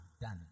done